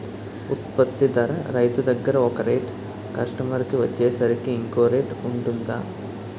ఉత్పత్తి ధర రైతు దగ్గర ఒక రేట్ కస్టమర్ కి వచ్చేసరికి ఇంకో రేట్ వుంటుందా?